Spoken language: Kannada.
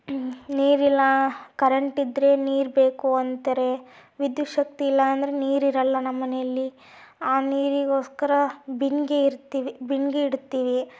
ನೀರಿಲ್ಲ ಕರೆಂಟಿದ್ರೆ ನೀರು ಬೇಕು ಅಂತಾರೆ ವಿದ್ಯುತ್ ಶಕ್ತಿ ಇಲ್ಲಾಂದ್ರೆ ನೀರಿರಲ್ಲ ನಮ್ಮನೆಯಲ್ಲಿ ಆ ನೀರಿಗೋಸ್ಕರ ಬಿಂದಿಗೆ ಇರ್ತೀವಿ ಬಿಂದಿಗೆ ಇಡ್ತೀವಿ